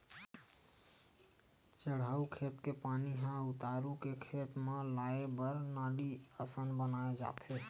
चड़हउ खेत के पानी ह उतारू के खेत म लाए बर नाली असन बनाए जाथे